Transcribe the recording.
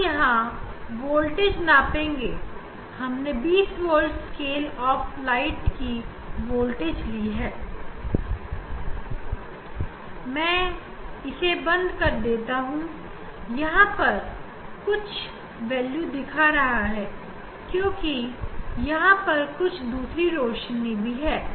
हम यहां वोल्टेज मापेगे हमने 20 वोल्ट स्केल ऑफ लाइट की वोल्टेज ली है मैं से बंद कर देता हूं यहां पर यह कुछ वैल्यू दिखा रहा है क्योंकि यहां कुछ दूसरी रोशनी भी है